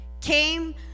came